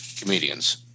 comedians